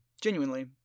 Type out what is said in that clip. Genuinely